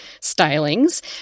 stylings